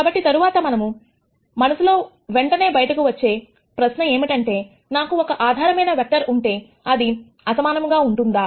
కాబట్టి తరువాత మన మనసులో వెంటనే బయటకు వచ్చే ప్రశ్న ఏమిటంటే నాకు ఒక ఆధారమైన వెక్టర్ ఉన్నట్లయితే అది అసమానం గా ఉంటుందా